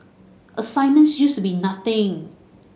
assignments used to be nothing